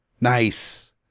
Nice